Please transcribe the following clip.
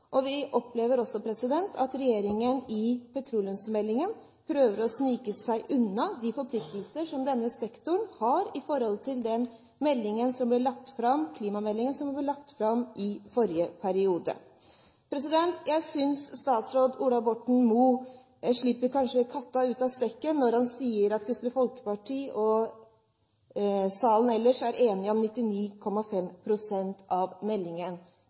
og vi opplever også at regjeringen i petroleumsmeldingen prøver å snike seg unna de forpliktelser som denne sektoren har når det gjelder den klimameldingen som ble lagt fram i forrige periode. Jeg synes kanskje statsråd Ola Borten Moe slipper katta ut av sekken når han sier at Kristelig Folkeparti og salen ellers er enig om 99,5 pst. av meldingen.